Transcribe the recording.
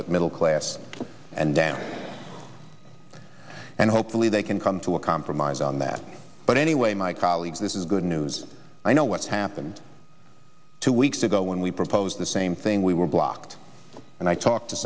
but middle class and down and hopefully they can come to a compromise on that but anyway my colleagues this is good news i know what's happened two weeks ago when we proposed the same thing we were blocked and i talked to